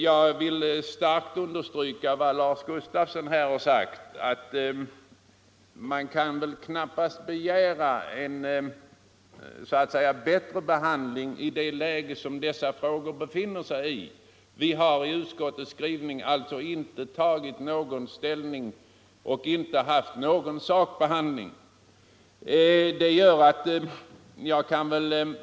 Jag vill starkt understryka det som herr Gustafsson i Barkarby sade, att man kan knappast begära en så att säga bättre behandling i det läge som dessa frågor befinner sig i. Vi har alltså i utskottet inte nu tagit någon ställning och inte gjort någon sakbehandling därför att dessa frågor kommer upp till vårsessionen.